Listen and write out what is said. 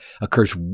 occurs